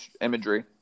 imagery